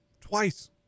twice